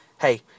hey